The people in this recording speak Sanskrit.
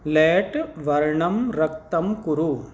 लेट् वर्णं रक्तं कुरु